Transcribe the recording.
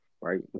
right